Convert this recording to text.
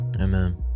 Amen